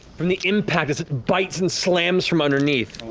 from the impact, as it bites and slams from underneath